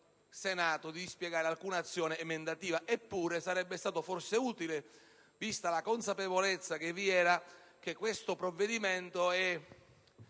Senato di dispiegare alcuna azione emendativa. Eppure questa sarebbe stata forse utile, vista la consapevolezza del fatto che questo provvedimento